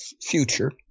future